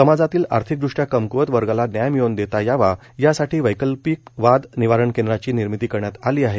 समाजातील आर्थिकदृष्ट्या कमक्वत वर्गाला न्याय मिळवून देता यावा यासाठी वैकल्पिक वाद निवारण केंद्रांची निर्मित करण्यात आली आहे